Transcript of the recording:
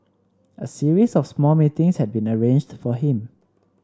a series of small meetings had been arranged for him